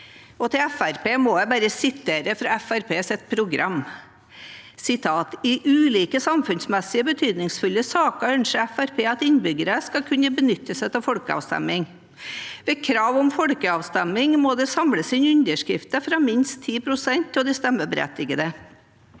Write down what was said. siterer fra Fremskrittspartiets program: «I ulike samfunnsmessig betydningsfulle saker ønsker FrP at innbyggerne skal kunne benytte seg av folkeavstemning. (…) Ved krav om folkeavstemninger må det samles inn underskrifter fra minst ti prosent av de stemmeberettigede